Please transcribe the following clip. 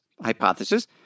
hypothesis